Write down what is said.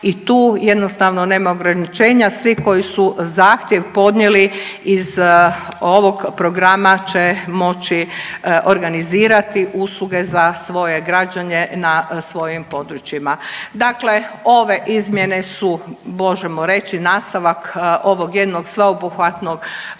i tu jednostavno nema ograničenja. Svi koji su zahtjev podnijeli iz ovog programa će moći organizirati usluge za svoje građane na svojim područjima. Dakle, ove izmjene su možemo reći nastavak ovog jednog sveobuhvatnog Zakona